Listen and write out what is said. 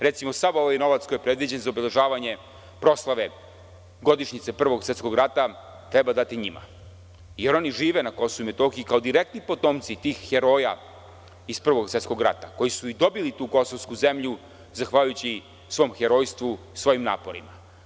Recimo, sav ovaj novac koji je predviđen za obeležavanje proslave godišnjice Prvog svetskog rata treba dati njima, jer oni žive na KiM, kao direktni potomci tih heroja iz Prvog svetskog rata, koji su i dobili tu kosovsku zemlju zahvaljujući svom herojstvu, svojim naporima.